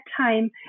time